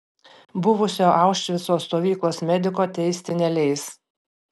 buvusio aušvico stovyklos mediko teisti neleis